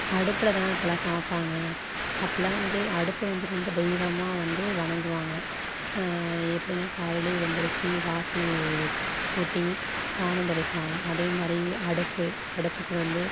அடுப்பில தானே அப்போல்லாம் சமைப்பாங்க அப்போல்லாம் வந்து அடுப்பை வந்து ரொம்ப தெய்வமாக வந்து வணங்குவாங்க எப்படின்னா காலையில் எழ்ந்திருச்சு வாசல் கூட்டி சாணம் தெளிப்பாங்க அதே மாதிரி அடுப்பு அடுப்புக்கு வந்து